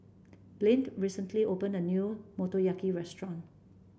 Blane recently opened a new Motoyaki Restaurant